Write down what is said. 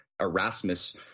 Erasmus